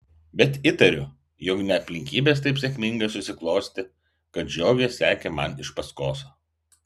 bet įtariu jog ne aplinkybės taip sėkmingai susiklostė kad žiogė sekė man iš paskos